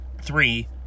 three